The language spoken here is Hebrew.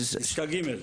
פסקה ג.